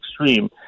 extreme